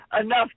enough